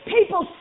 People